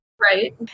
Right